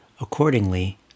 Accordingly